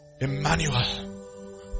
Emmanuel